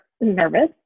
nervous